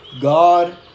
God